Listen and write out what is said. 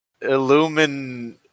Illumin